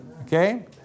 Okay